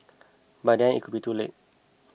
by then it could be too late